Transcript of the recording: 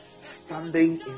standing